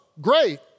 great